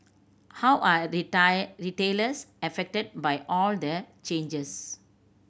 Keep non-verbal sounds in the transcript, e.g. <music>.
how are <unintelligible> retailers affected by all the changes